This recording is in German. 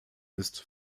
ist